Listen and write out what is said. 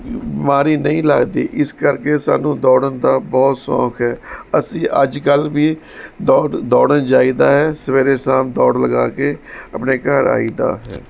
ਬੀਮਾਰੀ ਨਹੀਂ ਲੱਗਦੀ ਇਸ ਕਰਕੇ ਸਾਨੂੰ ਦੌੜਨ ਦਾ ਬਹੁਤ ਸੌਂਕ ਹੈ ਅਸੀਂ ਅੱਜ ਕੱਲ੍ਹ ਵੀ ਦੌੜ ਦੌੜਨ ਜਾਈ ਦਾ ਹੈ ਸਵੇਰੇ ਸ਼ਾਮ ਦੌੜ ਲਗਾ ਕੇ ਆਪਣੇ ਘਰ ਆਈ ਦਾ ਹੈ